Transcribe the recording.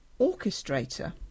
orchestrator